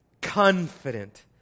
confident